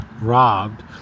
robbed